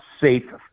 safe